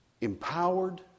empowered